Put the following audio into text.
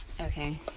okay